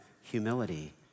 humility